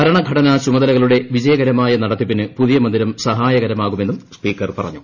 ഭരണഘടനാ ചുമതലകളുടെ വിജയകരമായ നടത്തിപ്പിന് പുതിയ മന്ദിരം സഹായകരമാവുമെന്നും സ്പീക്കർ പറഞ്ഞു